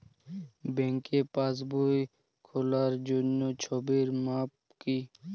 ব্যাঙ্কে পাসবই খোলার জন্য ছবির মাপ কী?